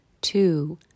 two